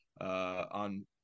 on